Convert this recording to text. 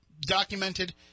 documented